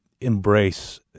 embrace